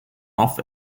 off